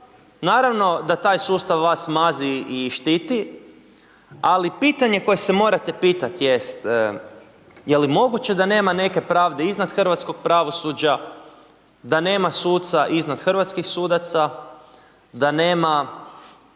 naravno da taj sustav vas mazi i štiti, ali pitanje koje se morate pitati jest je li moguće da nema neke pravde iznad hrvatskog pravosuđa, da nema suca iznad hrvatskih sudaca da nema